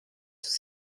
sous